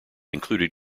included